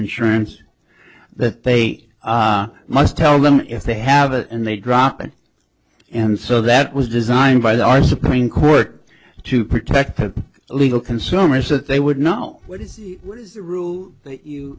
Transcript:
insurance that they must tell them if they have it and they drop it and so that was designed by the our supreme court to protect illegal consumers that they would now what is the rule that you